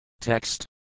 Text